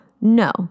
No